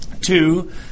Two